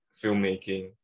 filmmaking